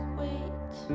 wait